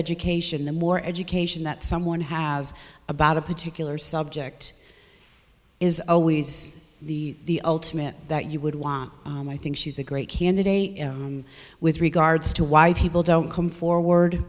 education the more education that someone has about a particular subject is always the ultimate that you would want i think she's a great candidate with regards to why people don't come forward